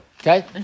Okay